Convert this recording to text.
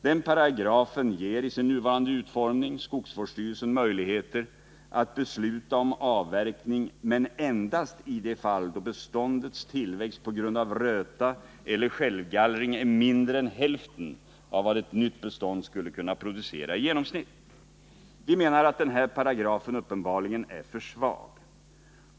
Den paragrafen ger i sin nuvarande utformning skogsvårdsstyrelsen möjligheter att besluta om avverkning, men endast i de fall då beståndets tillväxt på grund av röta eller självgallring är mindre än hälften av vad ett nytt bestånd skulle kunna producera. Vi menar att den här paragrafen uppenbarligen är för svag.